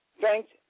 Thanks